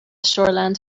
shoreland